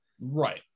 Right